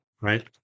right